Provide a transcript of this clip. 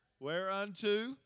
Whereunto